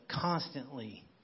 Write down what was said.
constantly